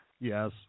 Yes